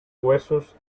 huesos